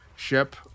Ship